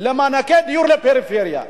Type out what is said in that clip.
למענקי דיור בפריפריה.